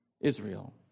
Israel